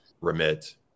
remit